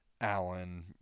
Allen